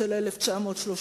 של 1939,